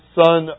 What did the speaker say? son